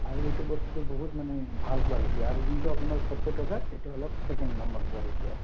আৰু এইটো বস্তুটো বহুত মানে ভাল কোৱালিটি আৰু যোনটো আপোনাৰ সত্তৰ টকা এইটো অলপ ছেকেণ্ড নম্বৰ কোৱালিটি আছে